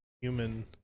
human